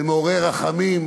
זה מעורר רחמים,